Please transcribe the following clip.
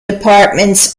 departments